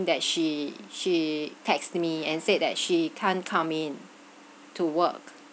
that she she texted me and said that she can't come in to work